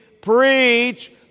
Preach